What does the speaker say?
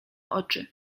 oczy